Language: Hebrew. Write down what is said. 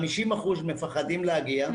50% מפחדים להגיע.